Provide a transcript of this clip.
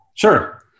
Sure